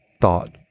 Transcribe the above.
thought